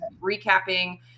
recapping